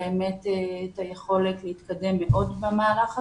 מזמנת באמת יכולת להתקדם מאוד במהלך הזה.